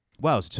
Wow